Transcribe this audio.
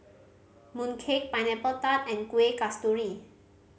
mooncake Pineapple Tart and Kuih Kasturi